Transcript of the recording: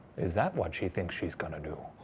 is that what she thinks she's gonna do?